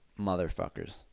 Motherfuckers